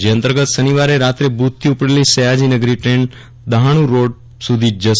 જે અંતર્ગત શનિવારે રાત્રે ભુજથી ઉપડેલી સયાજી નગરી દ્રેન દહાણું રોડ સુધી જ જશે